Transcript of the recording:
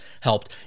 helped